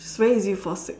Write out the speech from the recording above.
it's very easy to fall sick